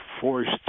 forced